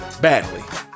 badly